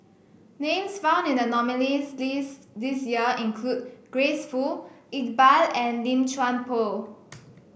names found in the nominees' list this year include Grace Fu Iqbal and Lim Chuan Poh